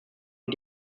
und